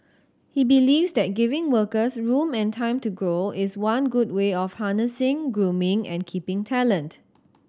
he believes that giving workers room and time to grow is one good way of harnessing grooming and keeping talent